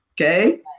Okay